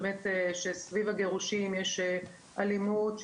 כאשר סביב הגירושין יש אלימות,